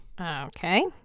Okay